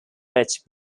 which